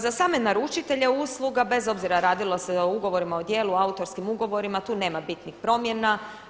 Za same naručitelje usluga bez obzira radilo se o ugovorima o djelu, autorskim ugovorima tu nema bitnih promjena.